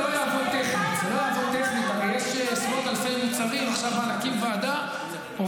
זה גם לא יעבור טכנית -- אבל בינתיים הכול משתולל.